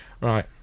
Right